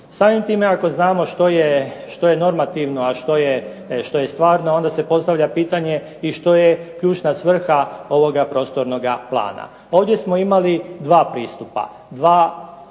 Samim time ako znamo što je normativno, a što je stvarno onda se postavlja pitanje i što je ključna svrha ovoga prostornoga plana. Ovdje smo imali dva pristupa. Dva apsolutna